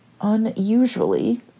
unusually